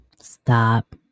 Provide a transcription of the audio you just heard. Stop